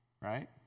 right